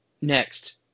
Next